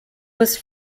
was